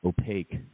opaque